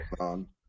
on